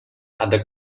other